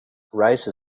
rice